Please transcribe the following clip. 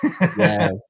Yes